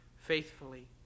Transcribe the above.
faithfully